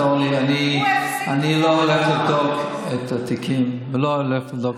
אתם יכולים לבדוק תיקים רפואיים,